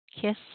Kiss